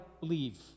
leave